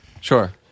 sure